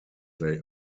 they